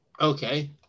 Okay